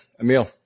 emil